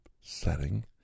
setting